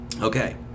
Okay